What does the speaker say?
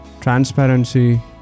transparency